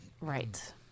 Right